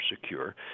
secure